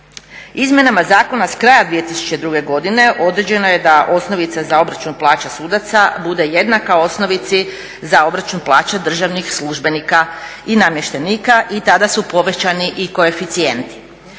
Izmjenama zakona s kraja 2002. godine određeno je da osnovica za obračun plaća sudaca bude jednaka osnovici za obračun plaća državnih službenika i namještenika i tada su povećani i koeficijenti.